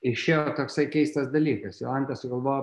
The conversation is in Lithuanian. išėjo toksai keistas dalykas jolanta sugalvojo